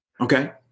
Okay